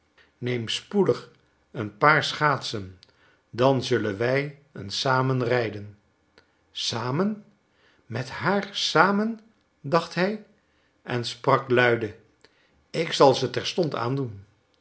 neem spoedig een paar schaatsen dan zullen wij eens samen rijden samen met haar te zamen dacht hij en sprak luide ik zal ze terstond aandoen